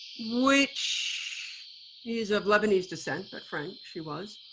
which he is of lebanese descent, but french, he was.